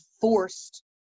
forced